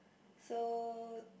so